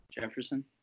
Jefferson